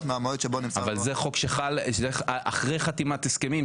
מהמועד שבו נמסר לו -- אבל זה חוק שחל אחרי חתימת הסכמים,